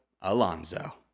Alonso